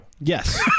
Yes